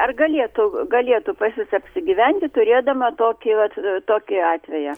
ar galėtų galėtų pas jus apsigyventi turėdama tokį vat tokį atveją